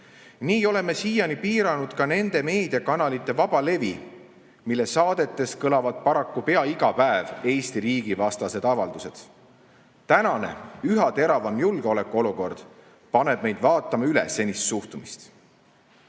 ei ole me siiani piiranud ka nende meediakanalite vabalevi, mille saadetes kõlavad paraku pea iga päev Eesti riigi vastased avaldused. Tänane üha teravam julgeolekuolukord paneb meid vaatama üle senist suhtumist.